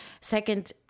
second